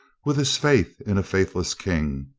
with his faith in a faithless king,